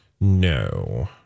No